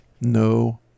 No